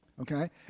okay